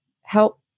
help